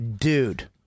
dude